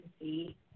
see